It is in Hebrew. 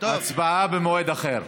הצבעה במועד אחר.